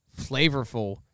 flavorful